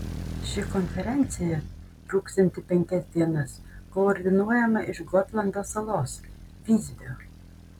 ši konferencija truksianti penkias dienas koordinuojama iš gotlando salos visbio